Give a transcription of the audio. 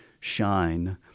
shine